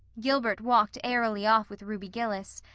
gilbert walked airily off with ruby gillis,